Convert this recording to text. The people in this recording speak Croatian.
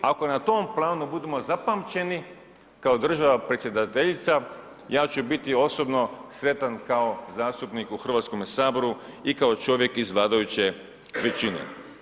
Ako nam tom planu budemo zapamćeni kao država predsjedateljica, ja ću biti osobno sretan kao zastupnik u Hrvatskome saboru i kao čovjek iz vladajuće većine.